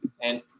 And-